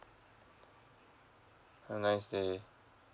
have a nice day